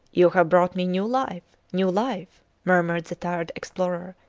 you have brought me new life new life murmured the tired explorer,